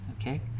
Okay